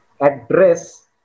address